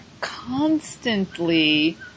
constantly